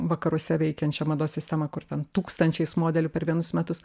vakaruose veikiančią mados sistemą kur ten tūkstančiais modelių per vienus metus